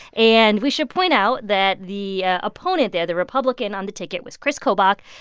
and we should point out that the opponent there the republican on the ticket was kris kobach,